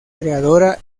creadora